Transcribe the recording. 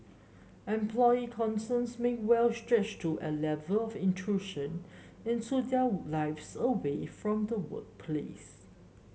employee concerns may well stretch to A Level of intrusion into their lives away from the workplace